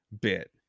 bit